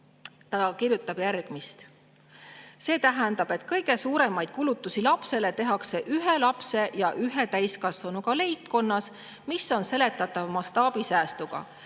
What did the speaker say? Ta kirjutas järgmist. See tähendab, et kõige suuremaid kulutusi lapsele tehakse ühe lapse ja ühe täiskasvanuga leibkonnas, mis on seletatav mastaabisäästuga.